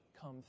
come